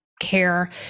care